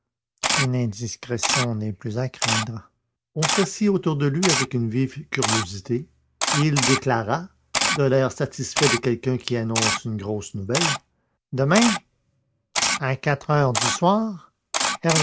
une indiscrétion n'est plus à craindre on s'assit autour de lui avec une vive curiosité et il déclara de l'air satisfait de quelqu'un qui annonce une grosse nouvelle demain à quatre heures du soir